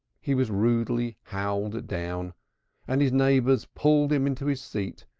he was rudely howled down and his neighbors pulled him into his seat,